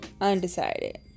Undecided